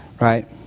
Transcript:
Right